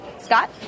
Scott